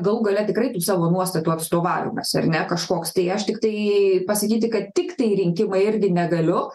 galų gale tikrai tų savo nuostatų atstovavimas ar ne kažkoks tai aš tiktai pasakyti kad tiktai rinkimai irgi negaliu